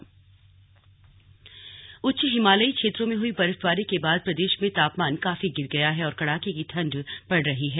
slug ठंड से बचाव उच्च हिमालयी क्षेत्रों में हई बर्फबारी के बाद प्रदेश में तापमान काफी गिर गया है और कड़ाके की ठंड पड़ रही है